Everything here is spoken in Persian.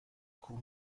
کوه